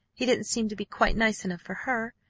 he didn't seem to be quite nice enough for her.